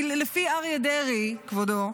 כי לפי אריה דרעי, כבודו,